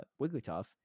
Wigglytuff